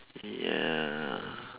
ya